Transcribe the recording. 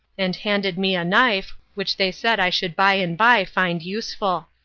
and handed me a knife, which they said i should by-and-by find useful.